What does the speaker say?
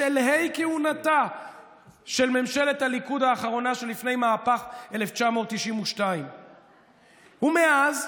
בשלהי כהונתה של ממשלת הליכוד האחרונה שלפני מהפך 1992. ומאז,